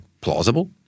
plausible